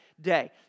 day